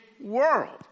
world